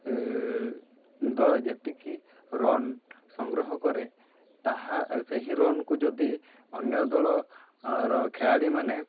ଦଳ ଯେତିକି ରନ୍ ସଂଗ୍ରହ କରେ ତାହା ସେହି ରନ୍କୁ ଯଦି ଅନ୍ୟ ଦଳର ଖେଳାଳିମାନେ